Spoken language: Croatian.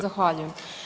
Zahvaljujem.